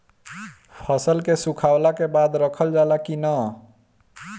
फसल के सुखावला के बाद रखल जाला कि न?